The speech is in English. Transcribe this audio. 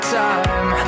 time